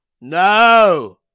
No